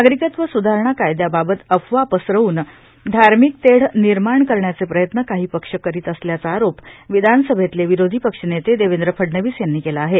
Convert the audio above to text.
नागरिकत्व सुधारणा कायद्याबाबत अफवा पसरवून धार्मिक तेढ निर्माण करण्याचे प्रयत्न काही पक्ष करत असल्याचा आरोप विधानसभेतले विरोधीपक्षनेते देवेंद्र फडणवीस याप्री केला आहे